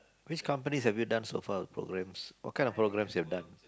which company have you done so far programs what kind of programs you have done